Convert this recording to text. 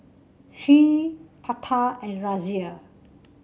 Hri Tata and Razia